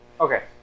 Okay